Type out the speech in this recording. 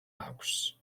აქვს